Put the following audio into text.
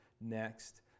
next